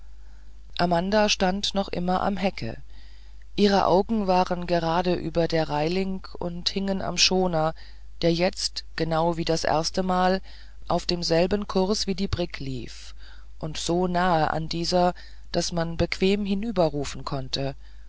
amanda stand noch immer am hecke ihre augen waren gerade über der reiling und hingen am schoner der jetzt genau wie das erste mal auf demselben kurs wie die brigg lief und so nahe an dieser daß man bequem hinüberrufen konnte